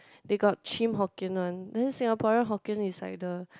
they got chim Hokkien one then Singaporean Hokkien is like the